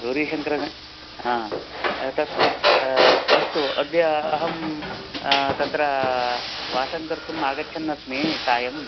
गौरीशङ्करगं हा तत् अस्तु अद्य अहं तत्र वासं कर्तुम् आगच्छन्नस्मि सायम्